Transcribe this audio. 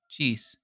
jeez